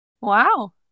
Wow